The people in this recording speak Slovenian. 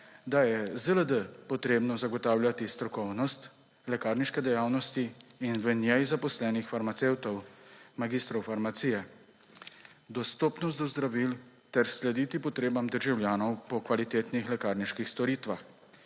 da je ZLD potrebno zagotavljati strokovnost lekarniške dejavnosti in v njej zaposlenih farmacevtov, magistrov farmacije, dostopnost do zdravil ter slediti potrebam državljanov po kvalitetnih lekarniških storitvah.